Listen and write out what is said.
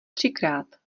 třikrát